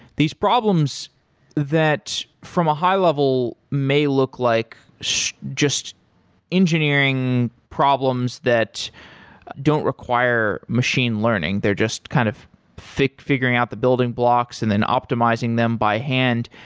these problems that from a high level may look like just engineering problems that don't require machine learning. they're just kind of figuring out the building blocks and then optimizing them by hand.